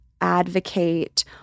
advocate